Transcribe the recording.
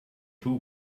too